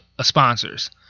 sponsors